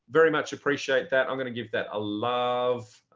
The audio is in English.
very much appreciate that. i'm going to give that a love.